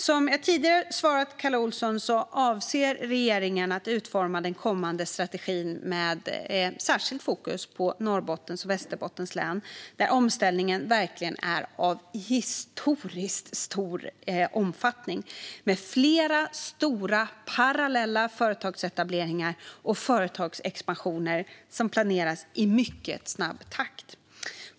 Som jag tidigare har svarat Kalle Olsson avser regeringen att utforma den kommande strategin med särskilt fokus på Norrbottens och Västerbottens län, där omställningen verkligen är av historiskt stor omfattning med flera stora och parallella företagsetableringar och företagsexpansioner som planeras i mycket snabb takt.